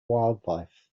wildlife